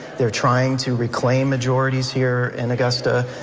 they're trying to reclaim majorities here in augusta,